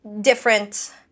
different